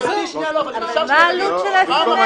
אדוני, מה העלות של SMS?